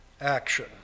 action